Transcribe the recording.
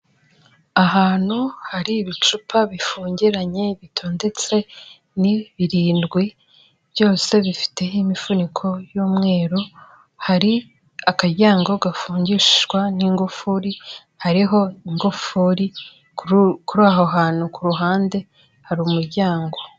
Ahantu hari ibicupa bifungiranye bitondetse, ni birindwi byose bifite imifuniko y'umweru, hari akaryango gafungishwa n'ingufuri hariho ingufuri kuri aho hantu ku ruhande hari umuryango.